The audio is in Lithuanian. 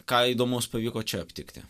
ką įdomaus pavyko čia aptikti